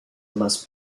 must